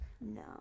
No